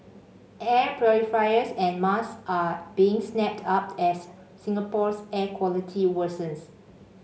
air purifiers and masks are being snapped up as Singapore's air quality worsens